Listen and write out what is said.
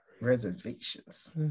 reservations